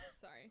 Sorry